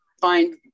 find